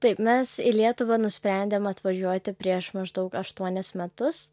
taip mes į lietuvą nusprendėm atvažiuoti prieš maždaug aštuonis metus